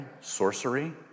sorcery